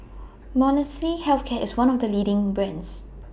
Molnylcke Health Care IS one of The leading brands